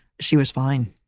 she was fine.